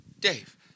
Dave